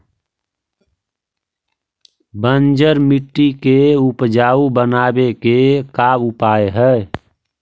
बंजर मट्टी के उपजाऊ बनाबे के का उपाय है?